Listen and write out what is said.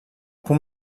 punt